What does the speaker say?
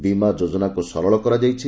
ବୀମା ଯୋଜନାକୁ ସରଳ କରାଯାଇଛି